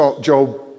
Job